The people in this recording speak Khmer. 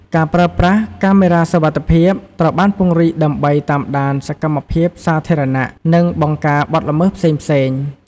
ការប្រើប្រាស់ កាមេរ៉ាសុវត្ថិភាពត្រូវបានពង្រីកដើម្បីតាមដានសកម្មភាពសាធារណៈ និងបង្ការបទល្មើសផ្សេងៗ។